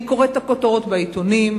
אני קוראת את הכותרות בעיתונים,